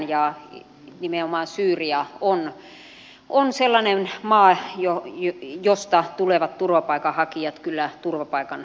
ja nimenomaan syyria on sellainen maa mistä tulevat turvapaikanhakijat kyllä turvapaikan saavat